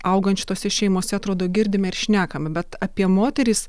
augančių tose šeimose atrodo girdime ir šnekame bet apie moteris